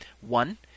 One